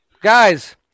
Guys